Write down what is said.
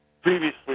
previously